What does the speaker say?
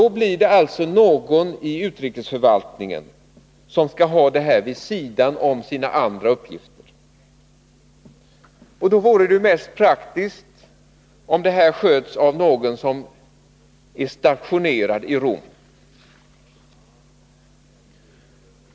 Då blir det alltså någon i utrikesförvaltningen som skall ha detta vid sidan om sina andra uppgifter. Det vore därför mest praktiskt om detta sköttes av någon som är stationerad i Rom.